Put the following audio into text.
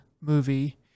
movie